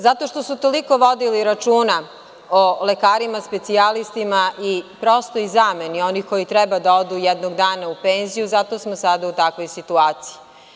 Zato što su toliko vodili računa o lekarima specijalistima i prostoj zameni onih koji treba da odu jednog dana u penziju, zato smo sada u takvoj situaciji.